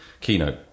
keynote